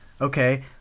Okay